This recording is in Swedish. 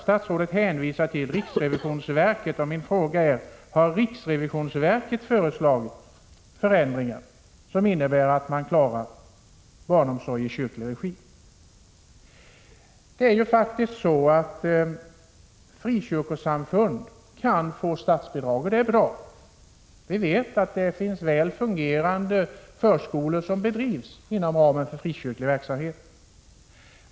Statsrådet hänvisar till riksrevisionsverket, och min fråga är: Har riksrevisionsverket föreslagit förändringar som innebär att man klarar barnomsorg i kyrklig regi? Frikyrkosamfund kan få statsbidrag — och det är bra. Vi vet att det finns väl fungerande förskolor som bedrivs inom ramen för frikyrklig verksamhet.